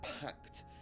packed